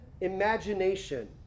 imagination